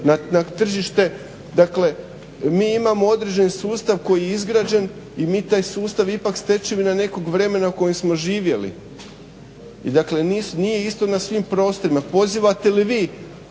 na tržište. Dakle mi imamo određen sustav koji je izgrađen i mi taj sustav ipak stečevina nekog vremena u kojem smo živjeli i nije isto na svim prostorima. Pozivate li vi